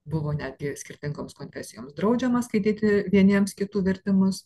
buvo netgi skirtingoms konfesijoms draudžiama skaityti vieniems kitų vertimus